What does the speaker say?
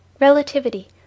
Relativity